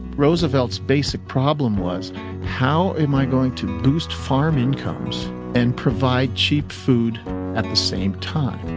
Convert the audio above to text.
roosevelt's basic problem was how am i going to boost farm incomes and provide cheap food at the same time.